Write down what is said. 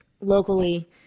locally